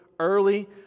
early